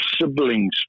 siblings